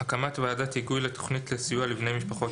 הקמת ועדת היגוי לתוכנית לסיוע לבני משפחות